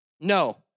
no